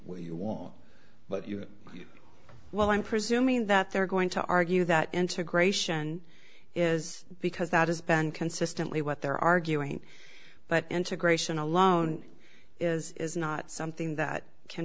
what you want but you well i'm presuming that they're going to argue that integration is because that has been consistently what they're arguing but integration alone is not something that can